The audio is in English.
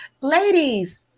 Ladies